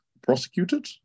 prosecuted